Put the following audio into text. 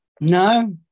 No